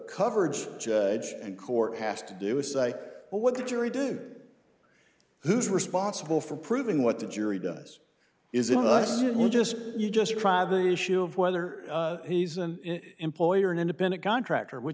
coverage judge and court has to do is say well what the jury do who's responsible for proving what a jury does is unless it would just you just try the issue of whether he's an employer an independent contractor which